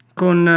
con